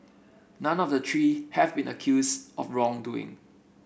none of the three have been accused of wrongdoing